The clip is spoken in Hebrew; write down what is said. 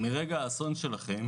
מרגע האסון שלכם